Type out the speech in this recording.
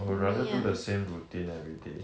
I would rather do the same routine every day